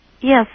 Yes